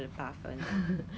very tired leh